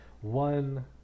One